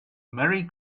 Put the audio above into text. merry